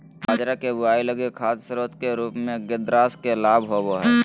बाजरा के बुआई लगी खाद स्रोत के रूप में ग्रेदास के लाभ होबो हइ